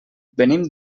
venim